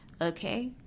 Okay